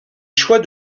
choix